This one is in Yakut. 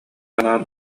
анаан